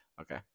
Okay